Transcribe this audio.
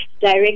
Direct